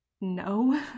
no